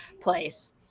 place